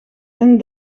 een